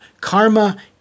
Karma